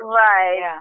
right